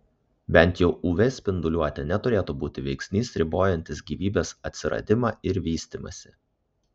bent jau uv spinduliuotė neturėtų būti veiksnys ribojantis gyvybės atsiradimą ir vystymąsi